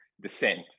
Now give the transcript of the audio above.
descent